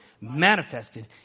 manifested